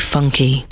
Funky